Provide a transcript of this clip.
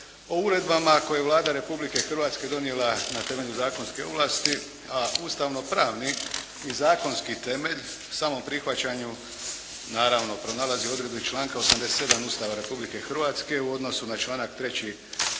o uredbama koje je Vlada Republike Hrvatske donijela na temelju zakonske ovlasti, a ustavnopravni i zakonski temelj o samom prihvaćanju naravno pronalazi u odredbi 87. Ustava Republike Hrvatske u odnosu na članak 3.